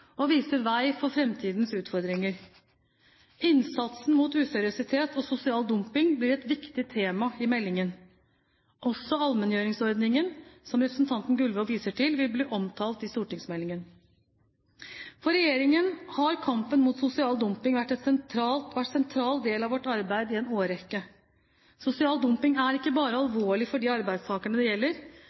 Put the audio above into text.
og vise vei for fremtidens utfordringer. Innsatsen mot useriøsitet og sosial dumping blir et viktig tema i meldingen. Også allmenngjøringsordningen, som representanten Gullvåg viser til, vil bli omtalt i stortingsmeldingen. For regjeringen har kampen mot sosial dumping vært en sentral del av vårt arbeid i en årrekke. Sosial dumping er ikke bare alvorlig for de arbeidstakerne det gjelder,